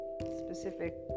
specific